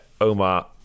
Omar